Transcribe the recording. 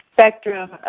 spectrum